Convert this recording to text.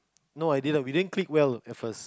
no I didn't we didn't click well at first